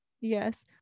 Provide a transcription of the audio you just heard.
Yes